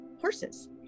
horses